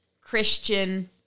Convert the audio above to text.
Christian